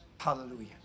Hallelujah